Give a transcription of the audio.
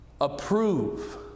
Approve